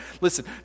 Listen